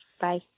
Bye